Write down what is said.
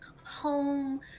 home